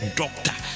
doctor